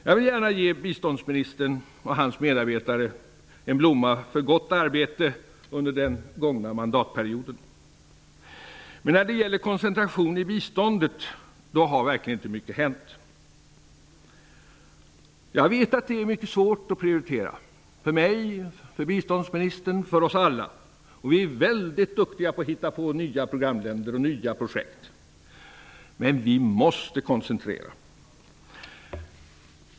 Jag vill gärna ge biståndsministern och hans medarbetare en blomma för gott arbete under den gångna mandatperioden. Men när det gäller koncentration i biståndet har verkligen inte mycket hänt. Jag vet att det är mycket svårt att prioritera -- för mig, för biståndsministern, för oss alla. Vi är väldigt duktiga på att hitta nya programländer och nya projekt, men vi måste koncentrera arbetet.